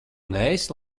neesi